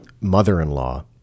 mother-in-law